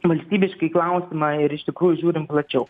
valstybiškai klausimą ir iš tikrųjų žiūrim plačiau